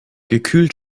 gekühlt